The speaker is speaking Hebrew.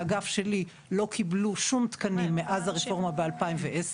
באגף שלי לא קיבלו שום תקנים מאז הרפורמה ב-2010.